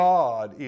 God